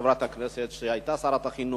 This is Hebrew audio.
חברת הכנסת שהיתה שרת החינוך.